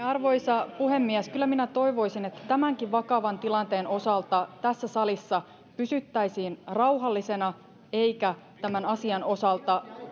arvoisa puhemies kyllä minä toivoisin että tämänkin vakavan tilanteen osalta tässä salissa pysyttäisiin rauhallisena eikä tämän asian osalta